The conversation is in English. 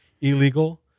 illegal